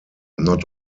not